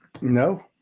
No